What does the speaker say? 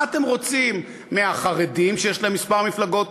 מה אתם רוצים מהחרדים שיש להם כמה מפלגות